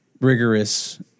rigorous